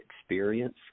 experience